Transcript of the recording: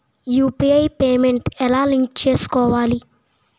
UPI payment ఎలా link చేసుకోవాలి?